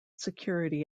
security